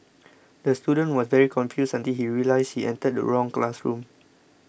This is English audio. the student was very confused until he realised he entered the wrong classroom